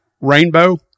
Rainbow